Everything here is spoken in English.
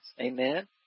Amen